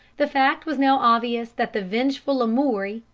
the fact was now obvious that the vengeful lamoury,